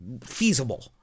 feasible